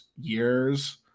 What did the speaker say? years